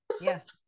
yes